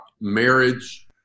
marriage